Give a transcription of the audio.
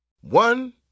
One